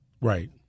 Right